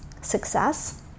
success